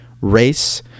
race